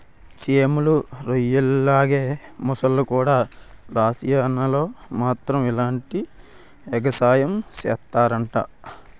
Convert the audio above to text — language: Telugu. చేమలు, రొయ్యల్లాగే మొసల్లుకూడా లూసియానాలో మాత్రమే ఇలాంటి ఎగసాయం సేస్తరట